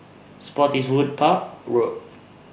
Spottiswoode Park Road